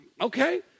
Okay